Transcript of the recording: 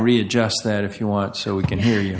read just that if you want so we can hear you